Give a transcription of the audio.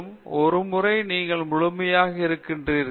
பின்னர் மேலும் ஒருமுறை நீங்கள் முழுமையாக இருக்கின்றீர்கள்